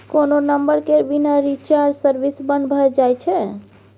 कोनो नंबर केर बिना रिचार्ज सर्विस बन्न भ जाइ छै